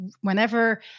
whenever